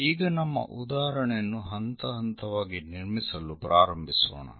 ಈಗ ನಮ್ಮ ಉದಾಹರಣೆಯನ್ನು ಹಂತ ಹಂತವಾಗಿ ನಿರ್ಮಿಸಲು ಪ್ರಾರಂಭಿಸೋಣ